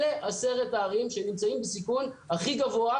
אלה עשר הערים שנמצאות בסיכון הכי גבוה,